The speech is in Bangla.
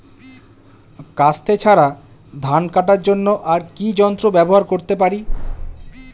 কাস্তে ছাড়া ধান কাটার জন্য আর কি যন্ত্র ব্যবহার করতে পারি?